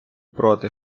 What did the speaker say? проти